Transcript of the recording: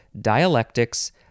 Dialectics